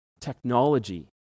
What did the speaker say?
technology